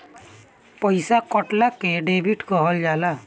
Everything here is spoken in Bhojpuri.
पइसा कटला के डेबिट कहल जाला